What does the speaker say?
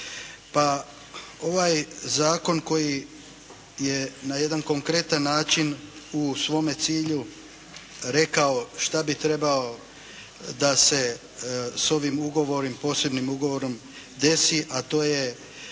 Pa, ovaj zakon koji je na jedan konkretan način u svome cilju rekao štA bi trebao da se s ovim ugovorom, posebnim ugovorom desi, a to je